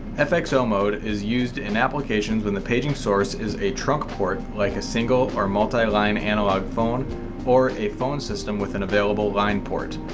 fxo mode is used in applications when the paging source is a trunk port like a single or multi-line analog phone or a phone system with an available line port.